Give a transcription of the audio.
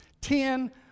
Ten